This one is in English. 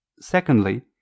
secondly